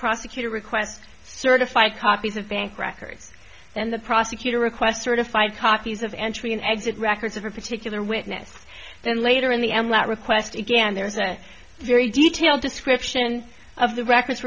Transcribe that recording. prosecutor request certify copies of bank records and the prosecutor request certified copies of entry and exit records of a particular witness then later in the am let request again there's a very detailed description of the records